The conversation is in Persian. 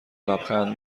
لبخند